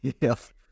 Yes